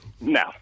No